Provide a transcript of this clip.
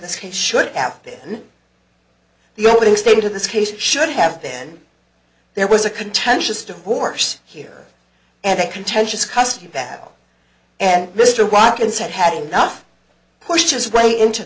this case should have been in the opening statement of this case should have been there was a contentious divorce here and a contentious custody battle and mr watkins had had enough pushed his way into